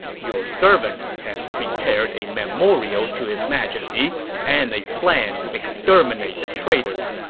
your servant has prepared a memorial to his majesty and a plan to exterminate the traitors.